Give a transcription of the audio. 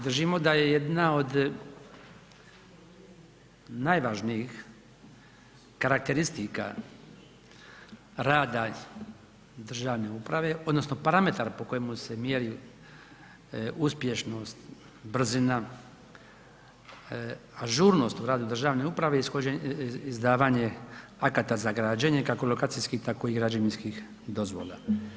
Držimo da je jedna od najvažnijih karakteristika rada državne uprave odnosno parametar po kojemu se mjeri uspješnost, brzina, ažurnost u radu državne uprave, izdavanje akata za građenje, kako lokacijskih, tako i građevinskih dozvola.